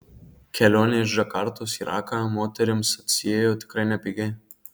kelionė iš džakartos į raką moterims atsiėjo tikrai nepigiai